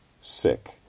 sick